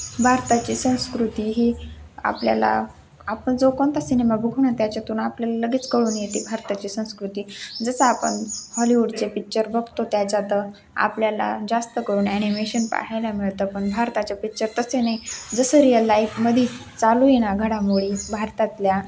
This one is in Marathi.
भारताची संस्कृती ही आपल्याला आपण जो कोणता सिनेमा बघून त्याच्यातून आपल्याला लगेच कळून येते भारताची संस्कृती जसं आपण हॉलिवूडचे पिक्चर बघतो त्याच्यात आपल्याला जास्त करून ॲनिमेशन पाहायला मिळतं पण भारताच पिक्चर तसे नाही जसं रियल लाईफ मध्येच चालू आहेना घडामोडी भारतातल्या